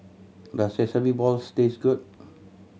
does sesame balls taste good